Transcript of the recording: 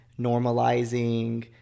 normalizing